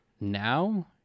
Now